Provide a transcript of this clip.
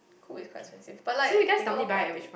Coop is quite expensive but like they got a lot of variety